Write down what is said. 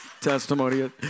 testimony